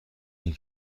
این